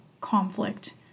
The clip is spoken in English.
conflict